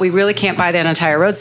we really can't buy the entire road